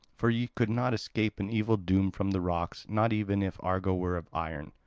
for ye could not escape an evil doom from the rocks, not even if argo were of iron.